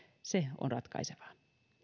se on ratkaisevaa